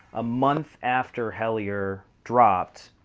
a month after hellier dropped,